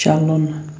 چلُن